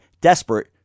desperate